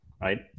right